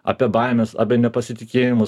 apie baimes apie nepasitikėjimus